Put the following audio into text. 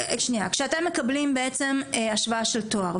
כשאתם מקבלים בעצם השוואה של תואר,